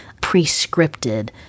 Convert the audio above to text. pre-scripted